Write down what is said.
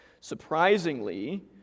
surprisingly